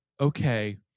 Okay